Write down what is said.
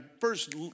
first